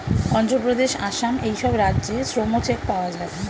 অন্ধ্রপ্রদেশ, আসাম এই সব রাজ্যে শ্রম চেক পাওয়া যায়